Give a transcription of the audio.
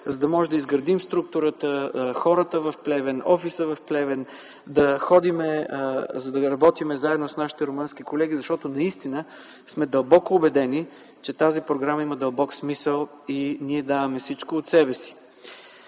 за да можем да изградим структурата, хората в Плевен, офиса в Плевен, да ходим, за да работим заедно с нашите румънски колеги. Наистина сме убедени, че тази програма има дълбок смисъл и ние даваме всичко от себе си.